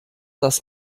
das